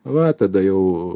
va tada jau